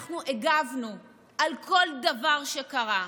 אנחנו הגבנו על כל דבר שקרה.